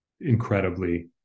incredibly